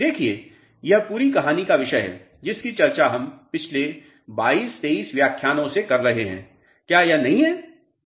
देखिए यह पूरी कहानी का विषय है जिसकी चर्चा हम पिछले 22 23 व्याख्यानों से कर रहे हैं क्या यह नहीं है